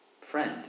Friend